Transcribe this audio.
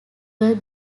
were